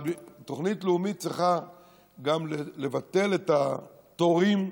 אבל תוכנית לאומית צריכה גם לבטל את התורים,